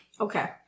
Okay